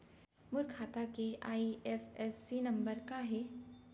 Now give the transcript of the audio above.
मोर खाता के IFSC number का हे?